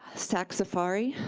sac safari,